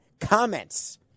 comments